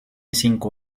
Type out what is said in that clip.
cinco